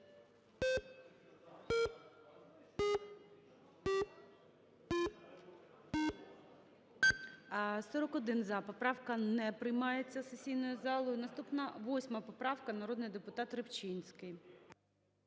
За-41 Поправка не приймається сесійною залою. Наступна – 8 поправка, народний депутатРибчинський.